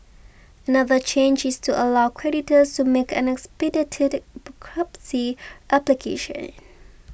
another change is to allow creditors to make an expedited application